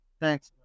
thanks